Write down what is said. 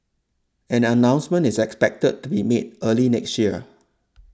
an announcement is expected to be made early next year